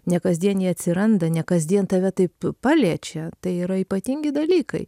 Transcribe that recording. ne kasdien jie atsiranda ne kasdien tave taip paliečia tai yra ypatingi dalykai